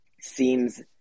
seems